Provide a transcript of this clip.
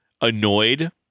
annoyed